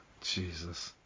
Jesus